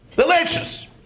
Delicious